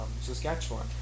Saskatchewan